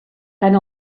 tant